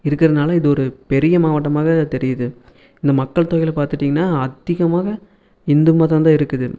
இருக்குறதுனால இது ஒரு பெரிய மாவட்டமாக தெரியுது இந்த மக்கள் தொகையில பார்த்துட்டிங்கன்னா அதிகமாக இந்து மதம்தான் இருக்குது